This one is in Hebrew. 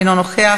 אינו נוכח,